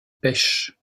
pêche